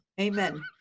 Amen